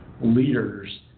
leaders